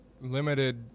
limited